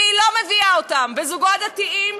והיא לא מביאה אותם, וזוגות דתיים